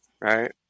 right